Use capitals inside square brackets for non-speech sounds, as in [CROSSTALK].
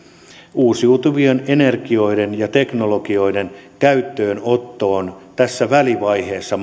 uusiutuvien energioiden ja teknologioiden käyttöönottoon tässä välivaiheessa [UNINTELLIGIBLE]